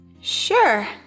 Sure